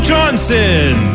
Johnson